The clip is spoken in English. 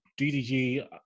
DDG